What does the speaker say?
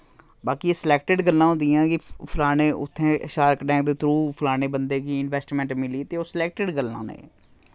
बाकी एह् सलैक्टड गल्लां होंदियां कि फलाने उत्थैं शार्क टैंक दे थ्रु फलाने बंदे गी इन्वैस्टमैंट मिली ते ओह् सलैक्टड गल्लां न